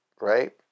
right